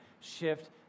shift